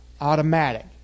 automatic